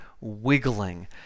wiggling